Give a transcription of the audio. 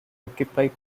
occupy